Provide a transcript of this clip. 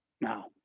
now